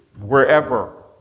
wherever